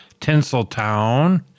Tinseltown